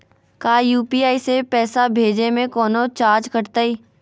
का यू.पी.आई से पैसा भेजे में कौनो चार्ज कटतई?